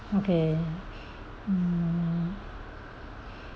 okay mm